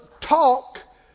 Talk